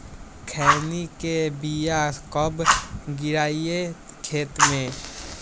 खैनी के बिया कब गिराइये खेत मे?